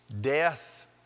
death